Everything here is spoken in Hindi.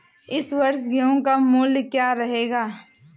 इस वर्ष गेहूँ का मूल्य क्या रहेगा?